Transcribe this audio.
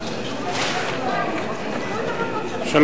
בבקשה.